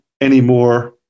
anymore